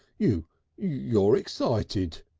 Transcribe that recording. you you're excited.